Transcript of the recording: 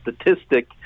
statistic